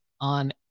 on